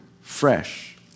fresh